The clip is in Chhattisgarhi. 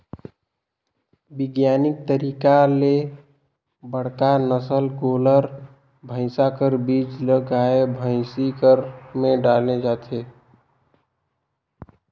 बिग्यानिक तरीका में बड़का नसल कर गोल्लर, भइसा कर बीज ल गाय, भइसी कर में डाले जाथे